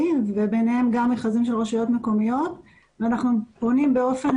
וביניהם גם מכרזים של רשויות מקומיות ואנחנו פונים באופן